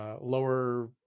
lower